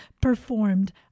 performed